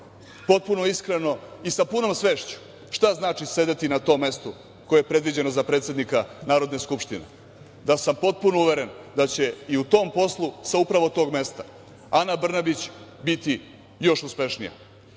potpuno iskreno i sa punom svešću šta znači sedeti na tom mestu koje je predviđeno za predsednika Narodne skupštine. Da sam potpuno uveren da će i u tom poslu sa upravo tog mesta Ana Brnabić biti još